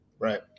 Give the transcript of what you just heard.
Right